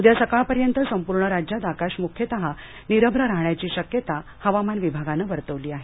उदया सकाळपर्यंत संपूर्ण राज्यात आकाश मुख्यता निरभ राहण्याची शक्यता हवामान विभागानं वर्तवली आहे